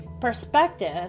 perspective